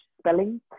spelling